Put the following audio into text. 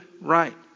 right